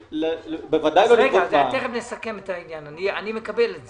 --- מיד נסכם את העניין, אני מקבל את זה.